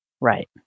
Right